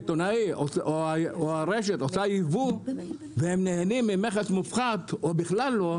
שהסיטונאי או הרשת עושה ייבוא והם נהנים ממכס מופחת או בכלל לא,